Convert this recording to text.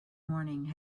morning